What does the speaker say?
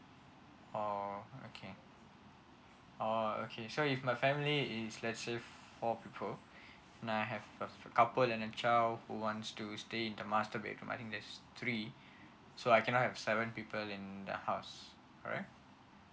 oh okay oh okay so if my family is let's say four people and I have a couple and a child who wants to stay in the master bedroom I think there's three so I cannot have seven people in a house correct